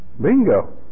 Bingo